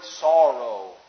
sorrow